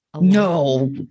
No